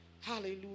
Hallelujah